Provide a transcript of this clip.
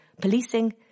policing